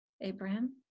abraham